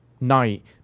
Night